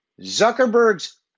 Zuckerberg's